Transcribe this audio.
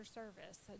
service